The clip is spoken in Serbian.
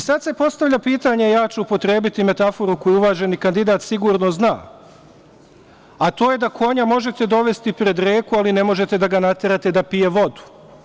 Sad se postavlja pitanje, ja ću upotrebiti metaforu koju uvaženi kandidat sigurno zna, a to je da konja možete dovesti pred reku, ali ne možete ga naterati da pije vodu.